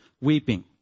weeping